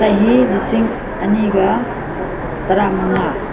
ꯆꯍꯤ ꯂꯤꯁꯤꯡ ꯑꯅꯤꯒ ꯇꯔꯥ ꯃꯉꯥ